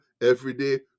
everyday